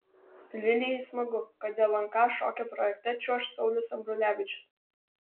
lilijai smagu kad lnk šokio projekte čiuoš saulius ambrulevičius